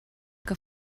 que